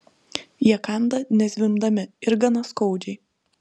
jie kanda nezvimbdami ir gana skaudžiai